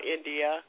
India